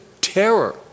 terror